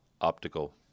optical